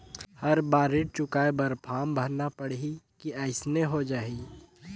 हर बार ऋण चुकाय बर फारम भरना पड़ही की अइसने हो जहीं?